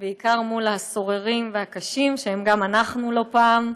בעיקר מול הסוררים והקשים, שהם גם אנחנו לא פעם.